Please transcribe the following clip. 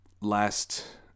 last